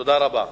תודה רבה.